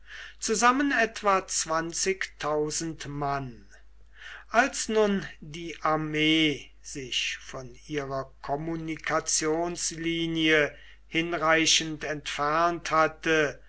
zusammen etwa mann als nun die armee sich von ihrer kommunikationslinie hinreichend entfernt hatte